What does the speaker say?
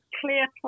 clear